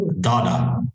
Dada